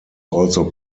also